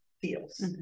feels